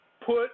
put